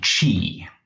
chi